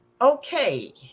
Okay